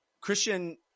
Christian